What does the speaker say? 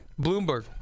Bloomberg